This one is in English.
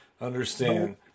understand